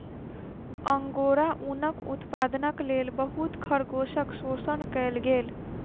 angora ऊनक उत्पादनक लेल बहुत खरगोशक शोषण कएल गेल